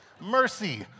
Mercy